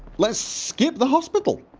let's skip the hospital